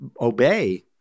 obey